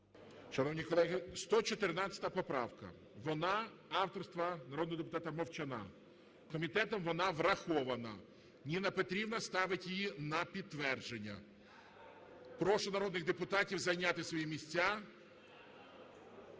Шановні колеги, 114 поправка, вона авторства народного депутата Мовчана. Комітетом вона врахована. Ніна Петрівна ставить її на підтвердження. Прошу народних депутатів зайняти свої місця.